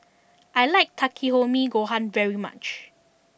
I like Takikomi Gohan very much